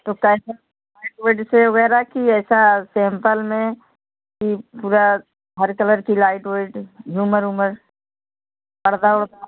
तो कैसा वगैरह की ऐसा सैम्पल में कि पूरा हर कलर की लाइट व्हाइट झूमर वूमर पर्दा वर्दा